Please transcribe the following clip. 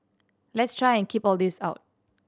let's try and keep all this out